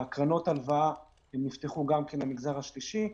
קרנות ההלוואה נפתחו גם כן למגזר השלישי.